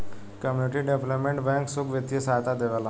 community development bank सुख बित्तीय सहायता देवेला